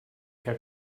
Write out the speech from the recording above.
herr